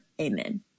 Amen